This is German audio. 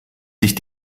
sich